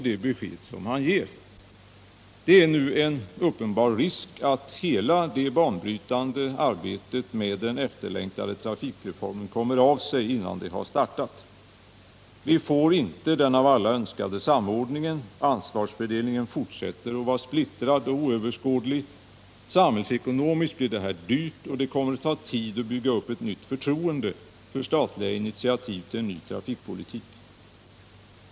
Det är nu en uppenbar risk att hela det banbrytande reformarbetet med den efterlängtade trafikreformen kommer av sig innan det har startat. Vi får inte den av alla önskade samordningen, och anslagsfördelningen fortsätter att vara splittrad och oöverskådlig. Samhällsekonomiskt blir det här dyrt, och det kommer att ta tid att bygga upp ett nytt förtroende för statliga initiativ till en ny trafikpolitik.